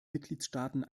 mitgliedstaaten